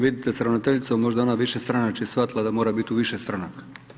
Vidite s ravnateljicom, možda je ona višestranačje shvatila da mora biti u više stranaka.